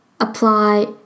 apply